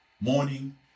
morning